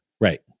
Right